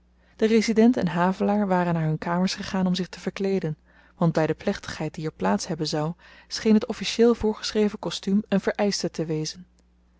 de resident en havelaar waren naar hun kamers gegaan om zich te verkleeden want by de plechtigheid die er plaats hebben zou scheen het officieel voorgescheven kostuum een vereischte te wezen